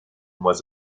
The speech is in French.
mois